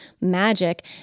magic